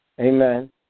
Amen